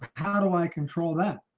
how do i control that?